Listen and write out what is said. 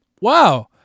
wow